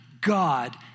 God